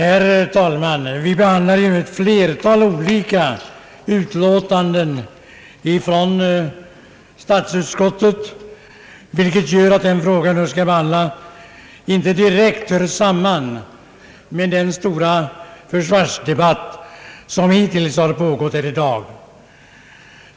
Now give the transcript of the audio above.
Herr talman! Vi behandlar ju i ett sammanhang ett flertal olika utlåtanden från statsutskottet, och det gör att den fråga jag nu skall ta upp inte direkt hör samman med den stora försvarsdebatt som hittills har pågått här i dag.